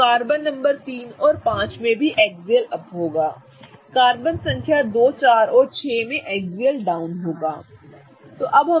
तो carbon number 3 और 5 में भी एक्सियल अप होगा कार्बन संख्या 2 4 और 6 में एक्सियल डाउन होगा ठीक है